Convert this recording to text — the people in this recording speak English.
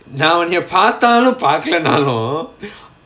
நா ஒனய பாத்தாலும் பாக்கலானும்:naa onaya paathalum paakalaanaalum